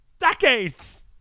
decades